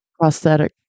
prosthetic